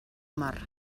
mar